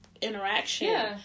interaction